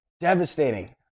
Devastating